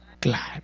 glad